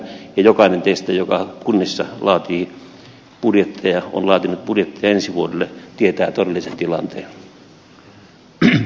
jokainen teistä joka kunnissa laatii budjetteja on laatinut budjettia ensi vuodelle tietää todellisen tilanteen